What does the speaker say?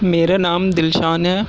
میرا نام دلشان ہے